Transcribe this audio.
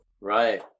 right